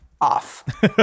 off